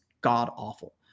god-awful